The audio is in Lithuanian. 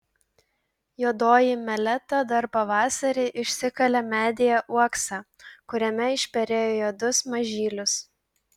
juodoji meleta dar pavasarį išsikalė medyje uoksą kuriame išperėjo juodus mažylius